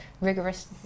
rigorous